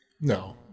no